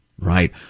Right